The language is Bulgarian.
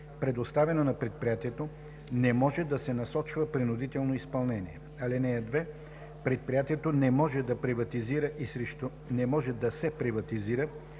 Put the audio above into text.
предоставено на предприятието, не може да се насочва принудително изпълнение. (2) Предприятието не може да се приватизира